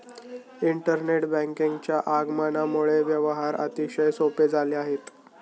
internet बँकिंगच्या आगमनामुळे व्यवहार अतिशय सोपे झाले आहेत